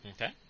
Okay